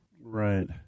Right